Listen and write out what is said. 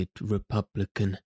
republican